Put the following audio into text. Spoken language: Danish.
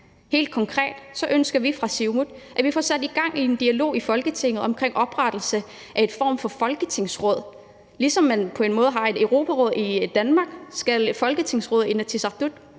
Helt konkret ønsker vi fra Siumuts side, at vi får sat gang i en dialog i Folketinget om oprettelse af en form for folketingsråd. På en måde ligesom man har et Europaråd i Danmark, skal et folketingsråd i Inatsisartut